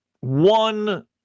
one